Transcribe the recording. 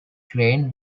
crane